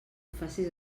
facis